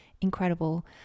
incredible